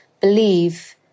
believe